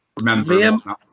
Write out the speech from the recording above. remember